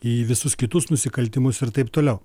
į visus kitus nusikaltimus ir taip toliau